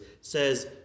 says